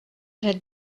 had